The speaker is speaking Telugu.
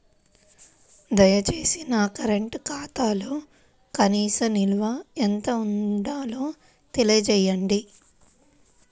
దయచేసి నా కరెంటు ఖాతాలో కనీస నిల్వ ఎంత ఉండాలో తెలియజేయండి